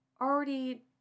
already